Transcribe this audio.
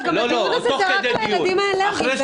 אבל הדיון הזה הוא רק על הילדים האלרגיים,